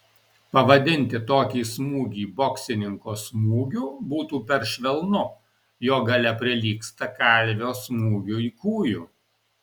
pavadinti tokį smūgį boksininko smūgiu būtų per švelnu jo galia prilygsta kalvio smūgiui kūju